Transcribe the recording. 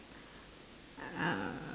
uh